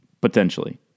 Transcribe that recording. potentially